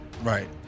right